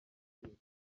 agaciro